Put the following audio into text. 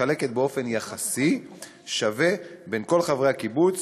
מתחלקת באופן יחסי שווה בין כל חברי הקיבוץ,